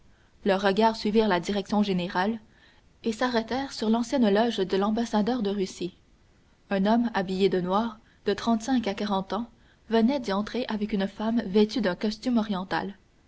leurs regards suivirent la direction générale et s'arrêtèrent sur l'ancienne loge de l'ambassadeur de russie un homme habillé de noir de trente-cinq à quarante ans venait d'y entrer avec une femme vêtue d'un costume oriental